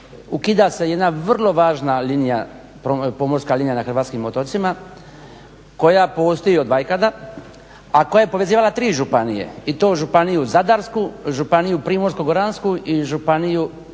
ukida se jedna vrlo važna pomorska linija na hrvatskim otocima koja postoji od vajkada, a koja je povezivala tri županije i to Županiju zadarsku, Županiju primorsko-goransku i Županiju istarsku,